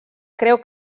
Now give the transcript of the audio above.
creu